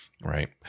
Right